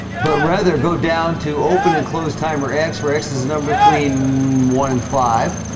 but rather go down to open and close timer x where x is a number between one and five